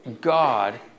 God